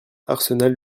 arsenal